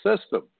system